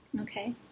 Okay